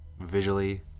visually